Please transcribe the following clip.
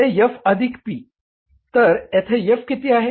तर ते F अधिक P तर येथे F किती आहे